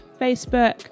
Facebook